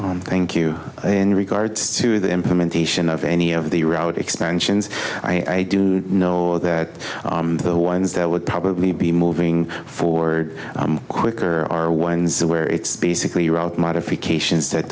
you thank you in regards to the implementation of any of the route expansions i do know that the ones that would probably be moving forward quicker are ones where it's basically route modifications that